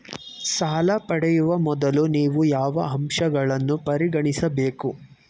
ಸಾಲ ಪಡೆಯುವ ಮೊದಲು ನೀವು ಯಾವ ಅಂಶಗಳನ್ನು ಪರಿಗಣಿಸಬೇಕು?